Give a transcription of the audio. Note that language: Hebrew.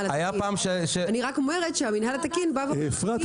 התקין אבל אני רק אומרת שהמינהל התקין -- אפרת,